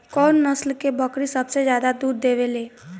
कउन नस्ल के बकरी सबसे ज्यादा दूध देवे लें?